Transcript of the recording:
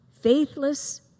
faithless